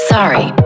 Sorry